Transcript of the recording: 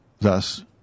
thus